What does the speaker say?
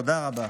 תודה רבה.